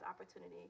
opportunity